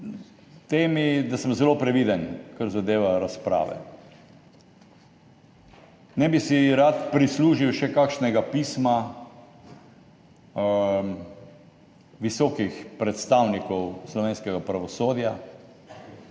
tej temi zelo previden, kar zadeva razpravo. Ne bi si rad prislužil še kakšnega pisma visokih predstavnikov slovenskega pravosodja,